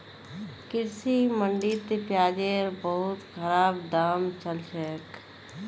कृषि मंडीत प्याजेर बहुत खराब दाम चल छेक